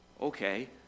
Okay